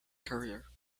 career